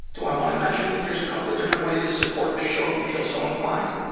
do i want to mention that there's a couple of different ways to support the show if you feel so inclined?